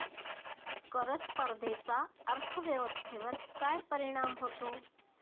कर स्पर्धेचा अर्थव्यवस्थेवर काय परिणाम होतो?